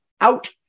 out